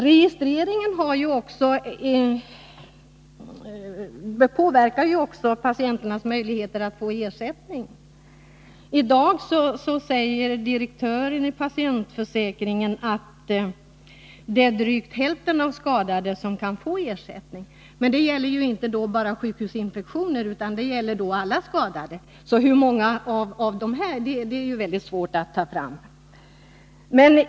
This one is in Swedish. Registreringen påverkar ju också patienternas möjligheter att få ersättning. Direktören för patientförsäkringen säger att det i dag är drygt hälften av de skadade som kan få ersättning. Men det gäller då inte bara dem som är skadade av sjukhusinfektioner utan alla skadade. Antalet sjukhusinfektioner är väldigt svårt att ta fram.